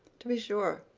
to be sure,